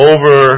Over